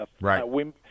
Right